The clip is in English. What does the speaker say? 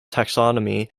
taxonomy